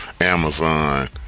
Amazon